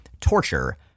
Torture